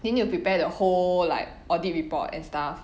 they need to prepare the whole like audit report and stuff